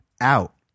out